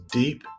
deep